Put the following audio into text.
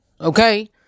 Okay